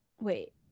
wait